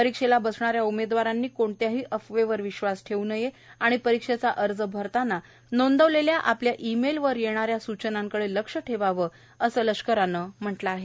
परीक्षेला बसणाऱ्या उमेदवारांनी क्ठल्याही अफवेवर विश्वास ठेवू नये आणि परीक्षेचा अर्ज भरताना नोंदवलेल्या आपल्या इमेलवर येणाऱ्या सूचनांकडे लक्ष ठेवावं लष्करानं म्हटलं आहे